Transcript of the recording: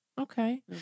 Okay